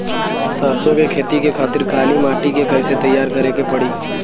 सरसो के खेती के खातिर काली माटी के कैसे तैयार करे के पड़ी?